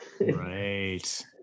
Right